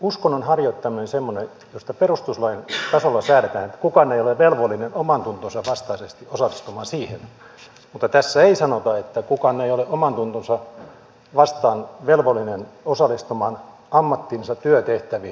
uskonnon harjoittaminen on semmoinen josta perustuslain tasolla säädetään että kukaan ei ole velvollinen omantuntonsa vastaisesti osallistumaan siihen mutta tässä ei sanota että kukaan ei ole omantuntonsa vastaisesti velvollinen osallistumaan ammattinsa työtehtäviin joiltakin osin